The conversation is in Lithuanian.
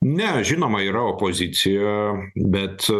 ne žinoma yra opozicija bet